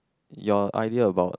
your idea about